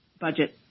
budget